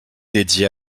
dédiée